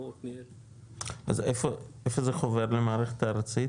אז איפה זה חובר למערכת הארצית?